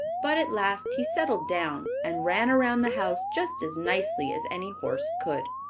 but at last he settled down and ran around the house just as nicely as any horse could.